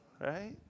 Right